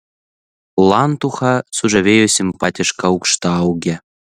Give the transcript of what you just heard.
lantuchą sužavėjo simpatiška aukštaūgė